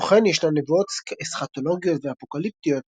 כמו כן ישנן נבואות אסכטולוגיות ואפוקליפטיות